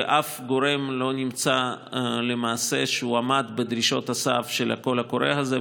ושום גורם לא נמצא עומד בדרישות הסף של הקול קורא הזה,